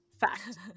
fact